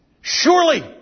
Surely